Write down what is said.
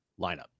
lineup